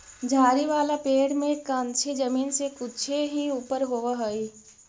झाड़ी वाला पेड़ में कंछी जमीन से कुछे ही ऊपर होवऽ हई